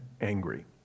angry